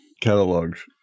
catalogs